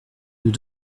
nous